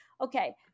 Okay